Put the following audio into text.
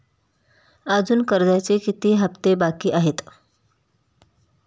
अजुन कर्जाचे किती हप्ते बाकी आहेत?